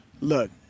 look